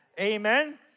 Amen